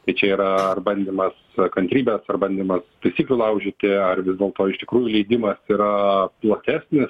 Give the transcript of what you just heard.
tai čia yra ar bandymas kantrybės ar bandymas taisyklių laužyti ar vis dėlto iš tikrųjų leidimas yra platesnis